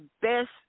best